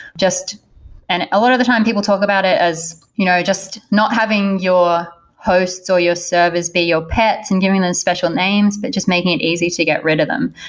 and lot of the time, people talk about it as you know just not having your host or your service be your pets and giving them special names, but just making it easy to get rid of them,